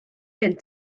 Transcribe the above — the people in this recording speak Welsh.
gen